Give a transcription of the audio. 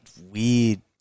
Weird